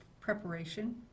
preparation